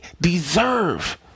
deserve